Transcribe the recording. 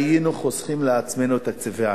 היינו חוסכים לעצמנו תקציבי ענק.